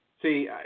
See